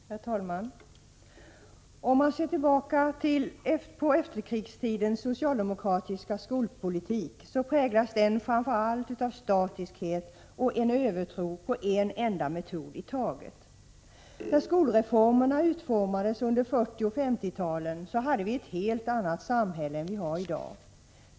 Herr talman! Om man ser tillbaka på efterkrigstidens socialdemokratiska skolpolitik, finner man att den framför allt präglas av statiskhet och en övertro på en enda metod i taget. När skolreformerna utformades under 1940 och 1950-talen hade vi ett helt annat samhälle än vi har i dag.